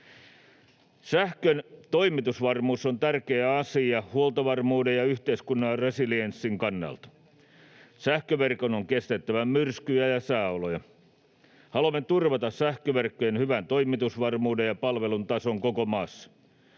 Sähkön toimitusvarmuus on tärkeä asia huoltovarmuuden ja yhteiskunnan resilienssin kannalta. Sähköverkon on kestettävä myrskyjä ja sääoloja. Haluamme turvata sähköverkkojen hyvän toimitusvarmuuden ja palvelun tason koko maassa.